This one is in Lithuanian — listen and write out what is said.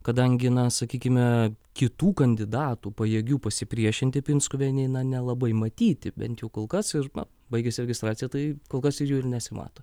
kadangi na sakykime kitų kandidatų pajėgių pasipriešinti pinskuvienei na nelabai matyti bent jau kol kas ir na baigiasi registracija tai kol kas jų ir nesimato